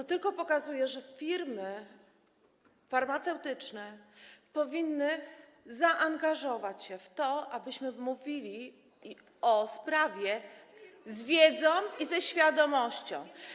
To tylko pokazuje, że firmy farmaceutyczne powinny zaangażować się w to, abyśmy mówili o sprawie z wiedzą i ze świadomością.